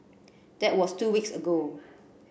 that was two weeks ago